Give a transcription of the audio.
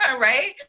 Right